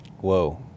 Whoa